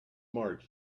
mark